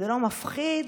לא מפחיד?